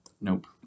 Nope